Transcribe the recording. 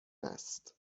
است